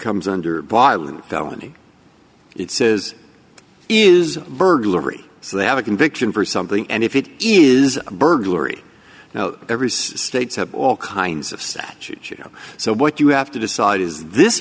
comes under violent felony it says is burglary so they have a conviction for something and if it is burglary you know every state's have all kinds of set up so what you have to decide is this